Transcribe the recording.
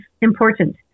important